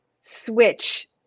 switch